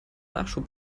nachschub